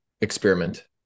experiment